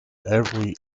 every